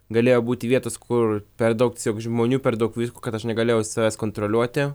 galėjo būti vietos kur per daug tiesiog žmonių per daug visko kad aš negalėjau savęs kontroliuoti